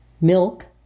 milk